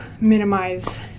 minimize